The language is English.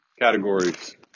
categories